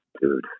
Dude